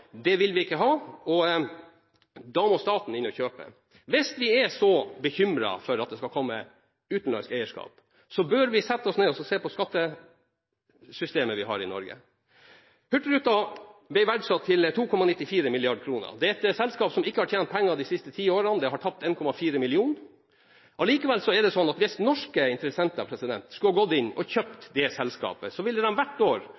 eiere vil man ikke ha, og da må staten inn og kjøpe. Hvis vi er så bekymret for utenlandsk eierskap, bør vi sette oss ned og se på skattesystemet vi har i Norge. Hurtigruten ble verdsatt til 2,94 mrd. kr. Det er et selskap som ikke har tjent penger de siste ti årene, og det har tapt 1,4 mrd. kr. Likevel er det sånn at hvis norske interessenter skulle gått inn og kjøpt det selskapet, ville de hvert år